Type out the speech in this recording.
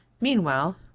meanwhile